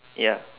ya